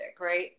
right